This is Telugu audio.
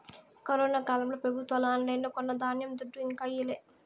కరోనా కాలంల పెబుత్వాలు ఆన్లైన్లో కొన్న ధాన్యం దుడ్డు ఇంకా ఈయలే